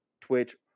Twitch